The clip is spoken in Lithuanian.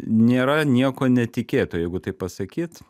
nėra nieko netikėto jeigu taip pasakyt